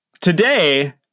today